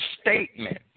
statement